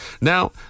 Now